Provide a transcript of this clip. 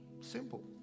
simple